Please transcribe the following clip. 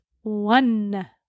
One